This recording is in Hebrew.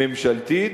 ממשלתית,